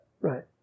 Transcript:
Right